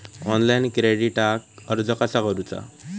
Online क्रेडिटाक अर्ज कसा करुचा?